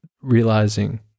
realizing